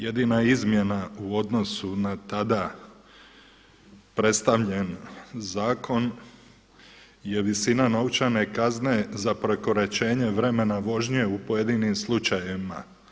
Jedina izmjena u odnosu na tada predstavljen zakon je visina novčane kazne za prekoračenje vremena vožnje u pojedinim slučajevima.